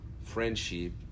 friendship